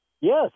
Yes